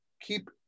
keep